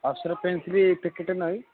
Apsara pencil packet ନାହିଁ